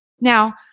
Now